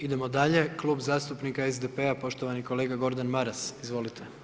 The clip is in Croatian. Idemo dalje, Klub zastupnika SDP-a poštovani kolega Gordan Maras, izvolite.